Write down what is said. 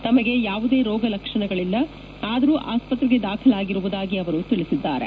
ತಮಗೆ ಯಾವುದೆ ರೋಗ ಲಕ್ಷಣಗಳಿಲ್ಲ ಆದರೂ ಆಸ್ವತ್ರೆಗೆ ದಾಖಲಾಗಿರುವುದಾಗಿ ಅವರು ತಿಳಿಸಿದ್ದಾರೆ